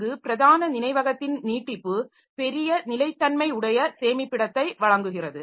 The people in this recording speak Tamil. அங்கு பிரதான நினைவகத்தின் நீட்டிப்பு பெரிய நிலைத்தன்மையுடைய சேமிப்பிடத்தை வழங்குகிறது